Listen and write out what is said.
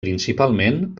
principalment